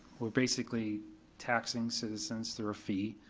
we're basically taxing citizens through a fee.